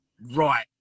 right